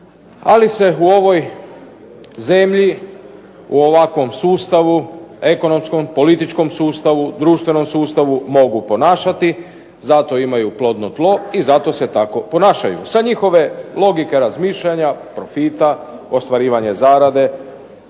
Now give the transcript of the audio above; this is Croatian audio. Ali se u ovoj zemlji u ovakvom sustavu ekonomskom, političkom sustavu, društvenom sustavu mogu ponašati, za to imaju plodno tlo i zato se tako ponašaju. Sa njihove logike razmišljanja, profita, ostvarivanja zarade,